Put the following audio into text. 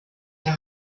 der